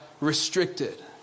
restricted